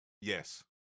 Yes